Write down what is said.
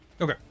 okay